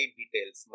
details